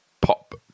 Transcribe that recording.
pop